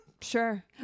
Sure